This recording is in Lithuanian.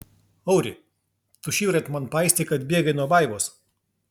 auri tu šįryt man paistei kad bėgai nuo vaivos